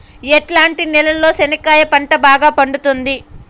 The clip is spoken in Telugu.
ఎట్లాంటి నేలలో చెనక్కాయ పంట బాగా పండుతుంది?